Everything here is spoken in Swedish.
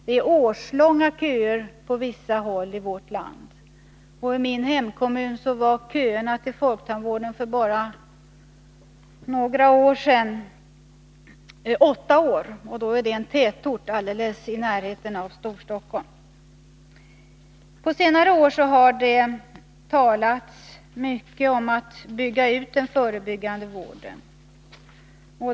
Det är årslånga köer på vissa håll i vårt land. I min hemkommun var kötiden till folktandvården för bara några år sedan åtta år — och då är det en tätort alldeles i närheten av Stockholm. På senare år har det talats mycket om att bygga ut den förebyggande vården.